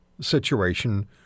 situation